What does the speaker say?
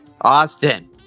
Austin